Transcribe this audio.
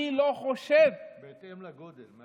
אני לא חושב, בהתאם לגודל.